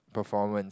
performance